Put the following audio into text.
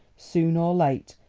soon or late,